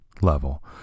level